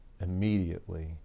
immediately